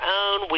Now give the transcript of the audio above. own